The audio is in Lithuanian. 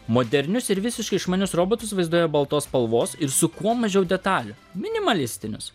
modernius ir visiškai išmanius robotus vaizduoja baltos spalvos ir su kuo mažiau detalių minimalistinius